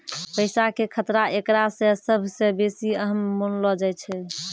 पैसा के खतरा एकरा मे सभ से बेसी अहम मानलो जाय छै